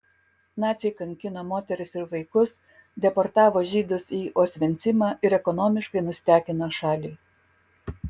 naciai kankino moteris ir vaikus deportavo žydus į osvencimą ir ekonomiškai nustekeno šalį